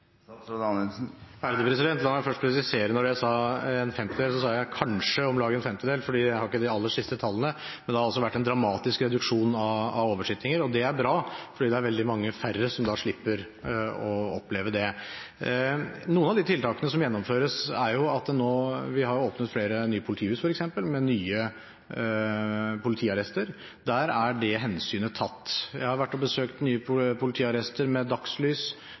La meg først presisere at da jeg sa en femtedel, sa jeg «kanskje nede i rundt en femtedel», for jeg har ikke de aller siste tallene. Men det har vært en dramatisk reduksjon av oversittinger, og det er bra, for da er det veldig mange flere som slipper å oppleve det. Noen av de tiltakene som gjennomføres, er f.eks. at vi har åpnet flere nye politihus, med nye politiarrester. Der er det hensynet tatt. Jeg har vært og besøkt nye politiarrester med dagslys,